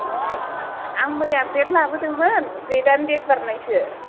आं मैया ब्रेड लाबोदोंमोन ब्रेडानो देत बारनायसो